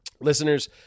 Listeners